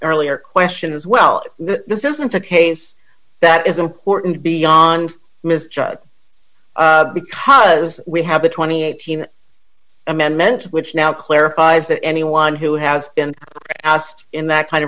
earlier question is well this isn't a case that is important beyond ms judge because we have a twenty eight team amendment which now clarifies that anyone who has been asked in that kind of